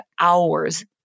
hours